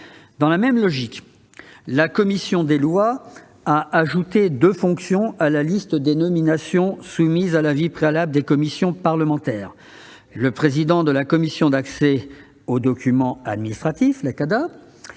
Dans la même logique, la commission des lois a ajouté deux fonctions à la liste des nominations soumises à l'avis préalable des commissions parlementaires : le président de la Commission d'accès aux documents administratifs et le